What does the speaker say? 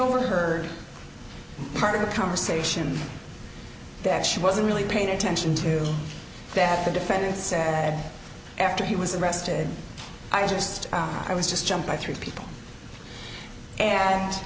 overheard part of the conversation that she wasn't really paying attention to that the defendant said after he was arrested i just i was just jumped by three people and